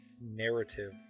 narrative